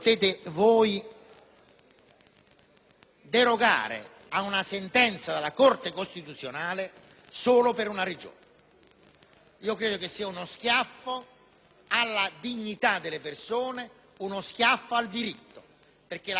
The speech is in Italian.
derogare a una sentenza della Corte costituzionale solo per una Regione. Credo sia uno schiaffo alla dignità delle persone e al diritto perché la Corte costituzionale ha detto